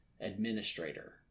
administrator